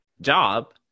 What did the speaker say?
job